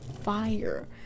fire